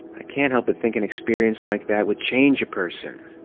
i can't help but think an experiences like that would change a person.